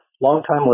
longtime